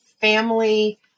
family